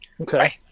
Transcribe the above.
Okay